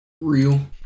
real